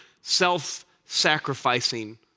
self-sacrificing